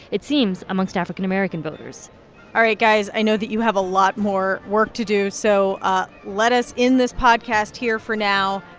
it seems, amongst african american voters all right, guys. i know that you have a lot more work to do, so ah let us end this podcast here for now.